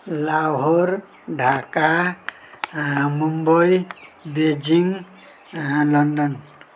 Lahore Dhaka Mumbai Beijing London